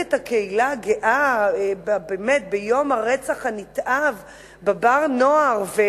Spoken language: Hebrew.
את הקהילה הגאה ביום הרצח הנתעב ב"בר-נוער".